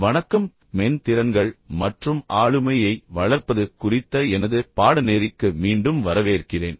வணக்கம் மென் திறன்கள் மற்றும் ஆளுமையை வளர்ப்பது குறித்த எனது பாடநெறிக்கு மீண்டும் வரவேற்கிறேன்